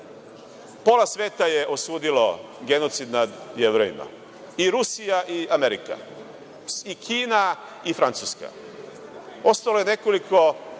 sveta je osudilo genocid nad Jermenima i Rusija i Amerika i Kina i Francuska. Ostalo je nekoliko